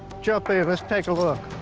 jump in let's take a look.